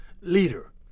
leader